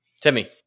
Timmy